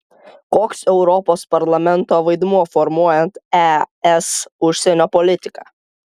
koks europos parlamento vaidmuo formuojant es užsienio politiką